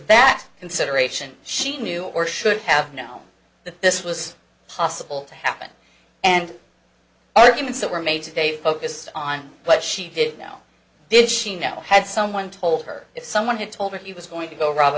that consideration she knew or should have known that this was possible to happen and arguments that were made today focused on what she did now did she now had someone told her if someone had told her she was going to go rob